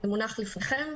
זה מונח לפניכם.